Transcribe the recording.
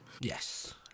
Yes